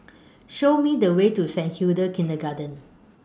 Show Me The Way to Saint Hilda's Kindergarten